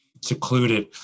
secluded